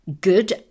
good